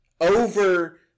over